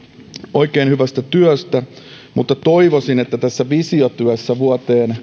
oikein hyvästä työstä mutta toivoisin että tässä visiotyössä vuoteen